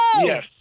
Yes